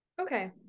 okay